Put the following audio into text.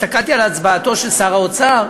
הסתכלתי על הצבעתו של שר האוצר,